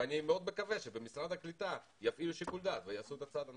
ואני מאוד מקווה שבמשרד הקליטה יפעילו שיקול דעת ויעשו את הצעד הנכון.